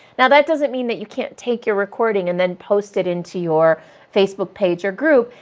now, that doesn't mean that you can't take your recording and then post it into your facebook page or group.